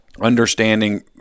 understanding